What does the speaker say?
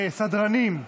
סדרנים,